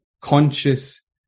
conscious